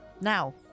Now